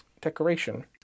decoration